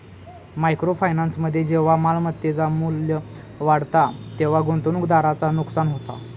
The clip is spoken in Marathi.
मायक्रो फायनान्समध्ये जेव्हा मालमत्तेचा मू्ल्य वाढता तेव्हा गुंतवणूकदाराचा नुकसान होता